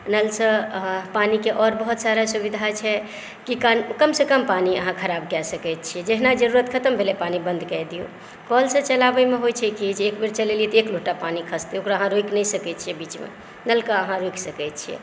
नलसँ अहाँ पानीके आओर बहुत सारा सुविधा छै कि कम से कम पानी अहाँ खराब कए सकै छियै जहिना जरुरत खतम भेलै पानी बन्द कए दियौ कल से चलाबैमे होइ छै की जे एकबेर चलेलियै तऽ एक लोटा पानी खसतै ओकरा अहाँ रोकि नहि सकै छियै बीचमे नलके अहाँ रोकि सकै छियै